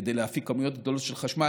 כדי להפיק כמויות גדולות של חשמל,